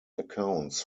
accounts